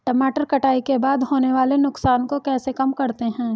टमाटर कटाई के बाद होने वाले नुकसान को कैसे कम करते हैं?